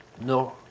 No